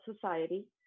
society